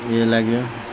ୟିଏ ଲାଗିବ